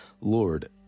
lord